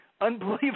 unbelievable